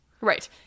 Right